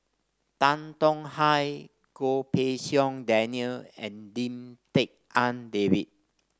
Tan Tong Hye Goh Pei Siong Daniel and Lim Tik En David